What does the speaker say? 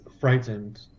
frightened